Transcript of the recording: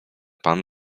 pan